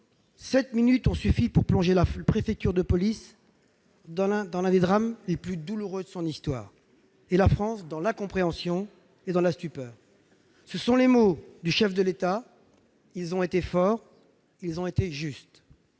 Sept minutes ont suffi pour plonger la préfecture de police dans l'un des drames les plus douloureux de son histoire et la France dans l'incompréhension et la stupeur. » Les mots du Président de la République ont été forts. Ils ont été justes.